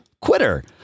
Quitter